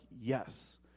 yes